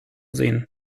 sehen